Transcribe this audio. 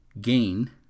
gain